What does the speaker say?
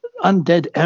undead